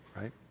right